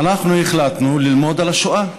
אז החלטנו ללמוד על השואה בביתנו,